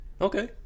Okay